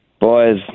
boys